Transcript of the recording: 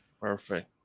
perfect